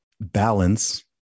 balance